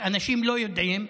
אנשים לא יודעים.